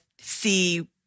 see